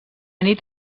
nit